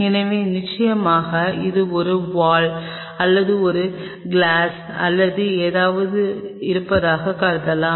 எனவே நிச்சயமாக இது ஒரு வால் அல்லது ஒரு கிளாஸ் அல்லது ஏதாவது இருப்பதாக கருதலாம்